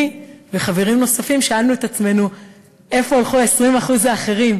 אני וחברים נוספים שאלנו את עצמנו לאן הלכו ה-20% האחרים.